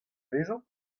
vezañ